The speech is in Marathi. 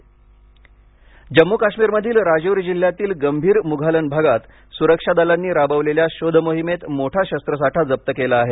जम्मू काश्मीर जम्मू काशमीर मधील राजौरी जिल्ह्यातील गंभीर मुघालन भागात सुरक्षा दलांनी राबवलेल्या शोध मोहिमेत मोठा शस्त्रसाठा जप्त केला आहे